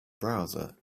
browser